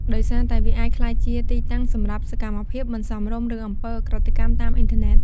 ដោយសារតែវាអាចក្លាយជាទីតាំងសម្រាប់សកម្មភាពមិនសមរម្យ ឬអំពើឧក្រិដ្ឋកម្មតាមអ៊ីនធឺណិត។